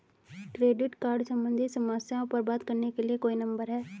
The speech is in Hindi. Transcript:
क्रेडिट कार्ड सम्बंधित समस्याओं पर बात करने के लिए कोई नंबर है?